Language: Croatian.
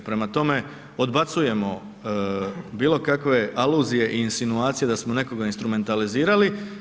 Prema toma, odbacujemo bilo kakve aluzije i insinuacije da smo nekoga instrumentalizirali.